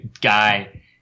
guy